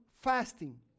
fasting